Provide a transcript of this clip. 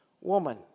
woman